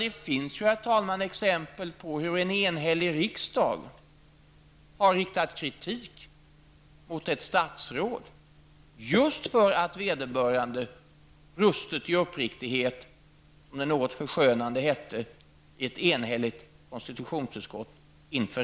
Det finns ju, herr talman, exempel på hur en enhällig riksdag har riktat kritik mot ett statsråd just för att vederbörande ''brustit i uppriktighet'' inför riksdagen, som det något förskönande hette i ett betänkande från ett enhälligt konstitutionsutskott.